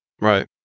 Right